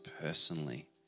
personally